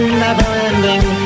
never-ending